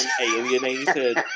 alienated